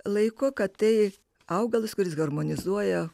laiko kad tai augalas kuris harmonizuoja